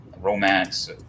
romance